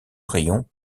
rayon